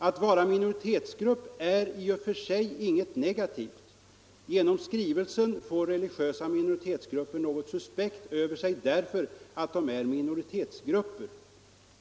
Att vara minoritetsgrupp är i och för sig inget negativt. Genom skrivelsen får "religiösa minoritetsgrupper” något suspekt över sig därför att de är ”minoritetsgrupper'.